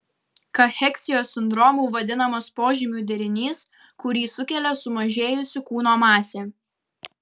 kacheksijos sindromu vadinamas požymių derinys kurį sukelia sumažėjusi kūno masė